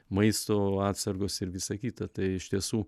maisto atsargos ir visa kita tai iš tiesų